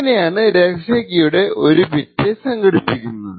ഇങ്ങനെയാണ് രഹസ്യ കീയുടെ ഒരു ബിറ്റ് സംഘടിപ്പിക്കുന്നത്